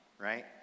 right